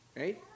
right